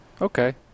Okay